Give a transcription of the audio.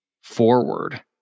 forward